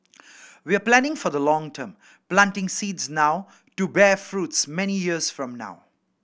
we are planting for the long term planting seeds now to bear fruit many years from now